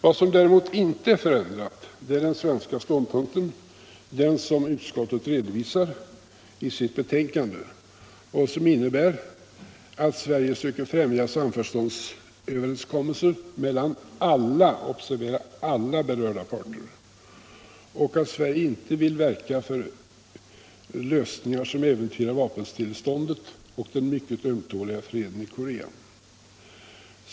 Vad som däremot inte är förändrat är den svenska ståndpunkten, den som utskottet redovisar i sitt betänkande, och som innebär att Svcrige söker främja samförståndsöverenskommelser mellan alla berörda parter. Sverige vill inte verka för lösningar som äventyrar vapenstilleståndet och den mycket ömtåliga freden i Korea.